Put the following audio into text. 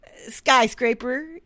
Skyscraper